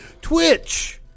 Twitch